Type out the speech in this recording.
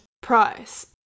price